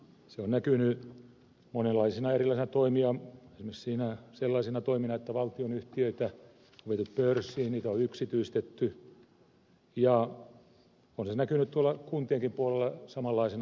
se on näkynyt monenlaisina erilaisina toimina esimerkiksi sellaisina toimina että valtionyhtiöitä on viety pörssiin niitä on yksityistetty ja on se näkynyt tuolla kuntienkin puolella samanlaisena toimintana